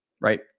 Right